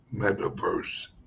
metaverse